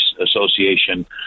association